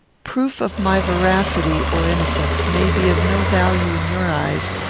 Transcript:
proof of my veracity or innocence may be of no value in your eyes,